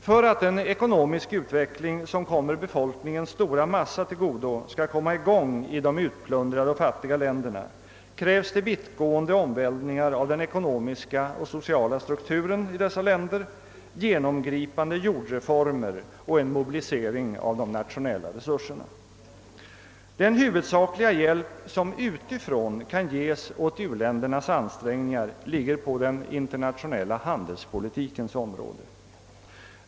För att en ekonomisk utveckling, som kommer befolkningens stora massa till godo, skall komma i gång i de utplundrade och fattiga länderna krävs det vittgående omvälvningar i den ekonomiska och sociala strukturen i dessa länder, genomgripande jordreformer och en mobilisering av de nationella resurserna. Den huvudsakliga hjälp som utifrån kan ges åt u-ländernas ansträngningar ligger på den internationella handelspolitikens område.